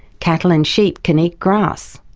cattle and sheep can eat grass.